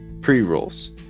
pre-rolls